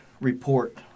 report